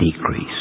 decrease